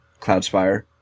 Cloudspire